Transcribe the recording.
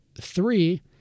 Three